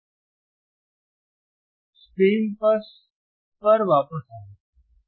अब स्क्रीन पर वापस आएं